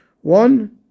One